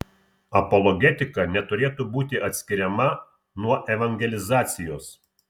apologetika neturėtų būti atskiriama nuo evangelizacijos